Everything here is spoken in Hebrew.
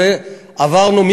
זה מה שהחלטנו.